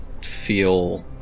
feel